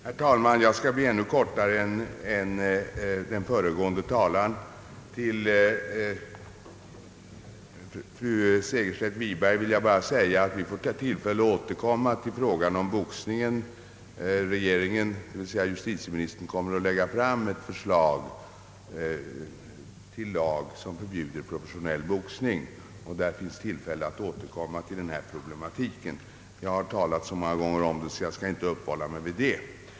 Herr talman! Jag skall fatta mig ännu kortare än den föregående talaren. Vi får tillfälle att återkomma till frågan om boxningens existensberättigande, fru Segerstedt Wiberg. Justitieministern skall lägga fram ett förslag till lag om förbud mot professionell boxning, och det blir alltså tillfälle att återkomma till denna problematik. Jag har talat om den så många gånger och skall inte uppehålla mig vid den nu.